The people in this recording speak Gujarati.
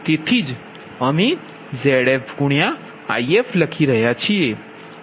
તેથી જ અમે ZfIf લખી રહ્યા છીએ